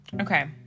Okay